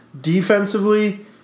Defensively